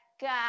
God